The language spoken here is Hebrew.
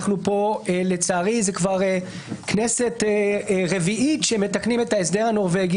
לצערי זו כבר כנסת רביעית שמתקנים את ההסדר הנורבגי,